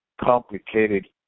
complicated